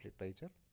literature